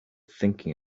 thinking